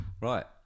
Right